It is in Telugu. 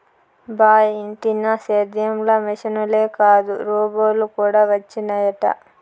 బా ఇంటినా సేద్యం ల మిశనులే కాదు రోబోలు కూడా వచ్చినయట